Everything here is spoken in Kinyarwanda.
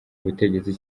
ubutegetsi